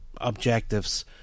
objectives